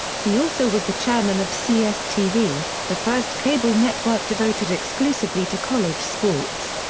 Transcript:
he also was the chairman of cstv, the first cable network devoted exclusively to college sports.